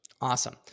Awesome